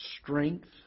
strength